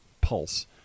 pulse